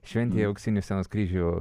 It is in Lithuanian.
šventėj auksinių scenos kryžių